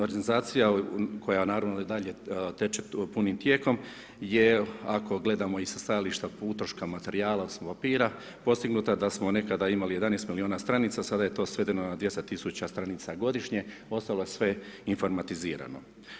Modernizacija koja naravno i dalje teče punim tijekom je ako gledamo sa stajališta po utrošku materijala odnosno papira, postignuta da smo nekada imali 11 milijuna stranica, sada je to svedeno na 200 000 stranica godišnje, postalo je sve informatizirano.